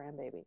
grandbaby